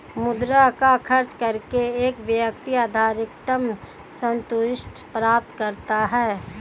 मुद्रा को खर्च करके एक व्यक्ति अधिकतम सन्तुष्टि प्राप्त करता है